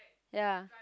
ya